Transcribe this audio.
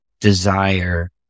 desire